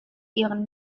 ihren